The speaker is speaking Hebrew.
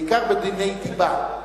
בעיקר בדיני דיבה.